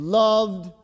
loved